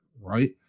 right